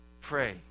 pray